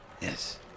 Yes